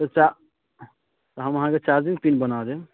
चार हम अहाँकेँ चार्जिङ्ग पिन बना देब